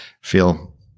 feel